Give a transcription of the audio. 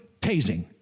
tasing